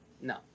No